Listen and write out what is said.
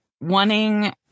wanting